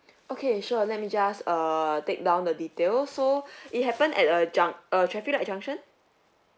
okay sure let me just uh take down the details so it happen at a junc~ a traffic light junction